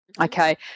Okay